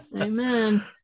amen